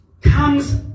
comes